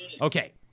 Okay